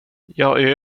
jag